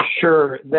Sure